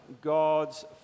God's